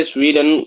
Sweden